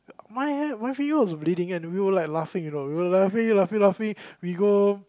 my hand my finger was bleeding and we were like laughing you know we were laughing laughing laughing we go